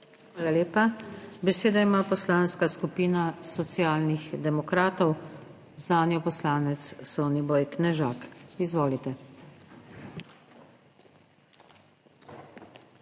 Hvala lepa. Besedo ima Poslanska skupina Socialnih demokratov, zanjo poslanec Soniboj Knežak. Izvolite.